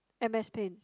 m_s paint